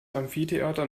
amphitheater